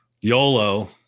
YOLO